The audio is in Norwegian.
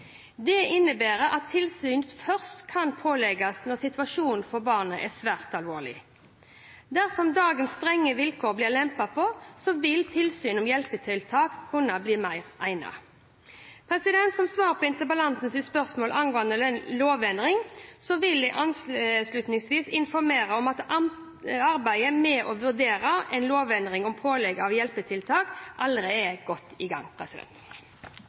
Det innebærer at tilsyn først kan pålegges når situasjonen for barnet er særlig alvorlig. Dersom dagens strenge vilkår blir lempet på, vil tilsyn som hjelpetiltak kunne bli mer egnet. Som svar på interpellantens spørsmål angående lovendring, vil jeg avslutningsvis informere om at arbeidet med å vurdere en lovendring om pålegg av hjelpetiltak allerede er godt i gang.